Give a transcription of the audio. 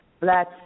Black